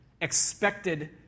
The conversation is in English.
expected